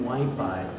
Wi-Fi